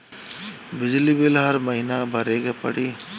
बिजली बिल हर महीना भरे के पड़ी?